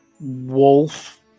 wolf